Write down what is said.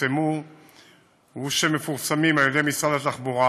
שפורסמו ומתפרסמים על-ידי משרד התחבורה,